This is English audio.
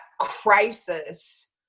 crisis